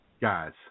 guys